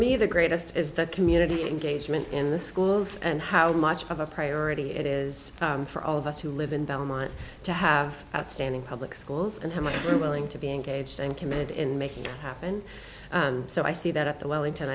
me the greatest is that community engagement in the schools and how much of a priority it is for all of us who live in belmont to have outstanding public schools and how much we're willing to be engaged and committed in making happen so i see that at the wellington